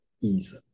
ease